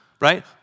right